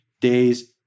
days